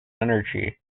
energy